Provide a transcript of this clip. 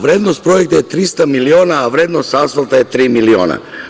Vrednost projekta je 300 miliona, a vrednost asfalta je tri miliona.